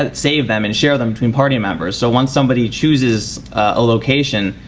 ah save them and share them between party members. so once somebody chooses a location